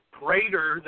greater